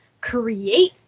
create